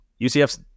UCF's